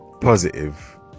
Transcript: positive